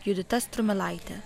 judita strumilaitė